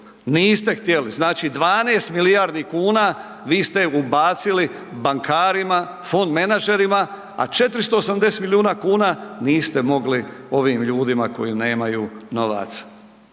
Niste htjeli. Znači, 12 milijardi kuna vi ste ubacili bankarima, fon menadžerima, a 480 milijuna kuna niste mogli ovim ljudima koji nemaju novaca.